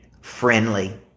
friendly